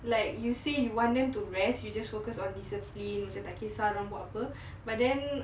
like you say you want them to rest you just focus on discipline macam tak kisah dorang buat apa but then